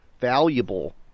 valuable